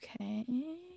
okay